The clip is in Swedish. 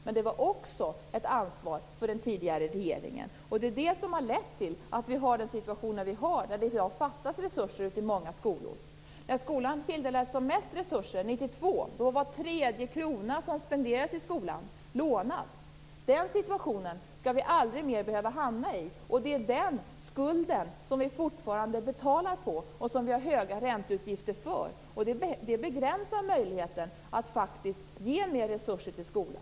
Men det var också ett ansvar för den tidigare regeringen. Det är detta som har lett till att vi har den situation som vi har, där det i dag fattas resurser i många skolor. När skolan tilldelades som mest resurser, 1992, var var tredje krona som spenderades i skolan lånad. Den situationen skall vi aldrig mer behöva hamna i. Den skulden betalar vi fortfarande på, och den har vi höga ränteutgifter för. Det begränsar möjligheterna att ge mer resurser till skolan.